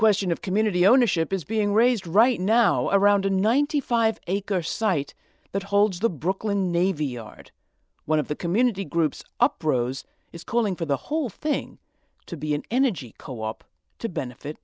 question of community ownership is being raised right now around a ninety five acre site that hold the brooklyn navy yard one of the community groups up bros is calling for the whole thing to be an energy co op to benefit